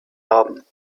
haben